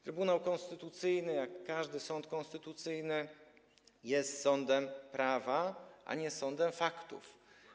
Trybunał Konstytucyjny, jak każdy sąd konstytucyjny, jest sądem prawa, a nie sądem faktów.